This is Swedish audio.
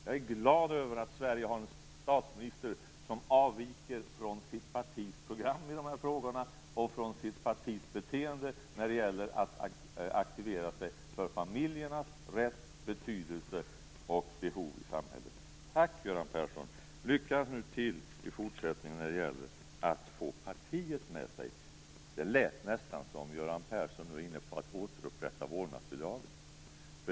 Jag är glad över att Sverige har en statsminister som avviker från sitt partis program i de här frågorna och från sitt partis beteende när det gäller att aktivera sig för familjernas rätt, betydelse och behov i samhället. Tack, Göran Persson! Lycka till i fortsättningen när det gäller att få partiet med i detta. Det lät nästan som att Göran Persson var inne på att återupprätta vårdnadsbidraget.